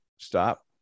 stop